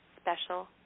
special